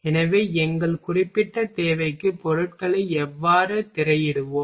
எனவே எங்கள் குறிப்பிட்ட தேவைக்கு பொருட்களை எவ்வாறு திரையிடுவோம்